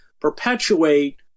perpetuate